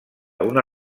una